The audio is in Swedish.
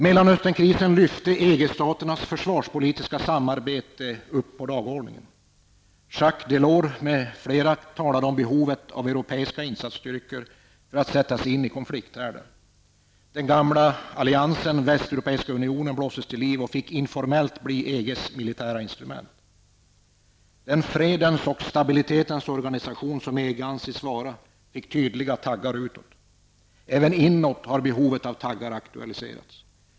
Mellanösternkrisen lyfte upp EG-staternas försvarspolitiska samarbete på dagordningen. Västeuropeiska unionen blåstes till liv och fick informellt bli EGs militära instrument. Den fredens och stabilitetens organisation som EG ansetts vara fick tydliga taggar utåt. Även inåt har behovet av taggar aktualiserats.